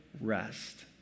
rest